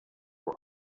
for